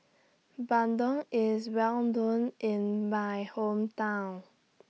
Bandung IS Well known in My Hometown